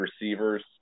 receivers